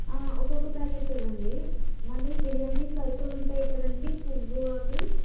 ఒకొక్క ప్యాకెట్ ఇవ్వండి మళ్ళీ బిర్యానీ సరుకులుంటుంటాయి కదండి పువ్వు అవి